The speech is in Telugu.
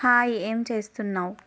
హాయ్ ఏం చేస్తున్నావు